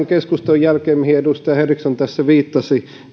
keskustelun jälkeen mihin edustaja henriksson tässä viittasi